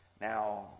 Now